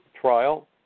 trial